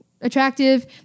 attractive